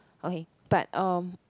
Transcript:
okay but um